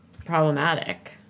problematic